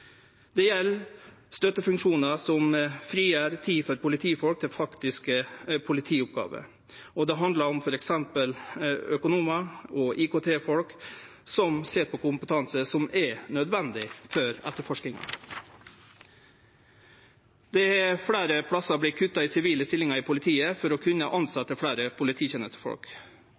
Det gjeld støttefunksjonar som frigjer tid for politifolk til faktiske politioppgåver, og det handlar f.eks. om økonomar og IKT-folk som sit på kompetanse som er nødvendig for etterforskinga. Det har fleire plassar vorte kutta i sivile stillingar i politiet for å kunne tilsetje fleire polititenestefolk.